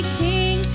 king